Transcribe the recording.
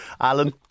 Alan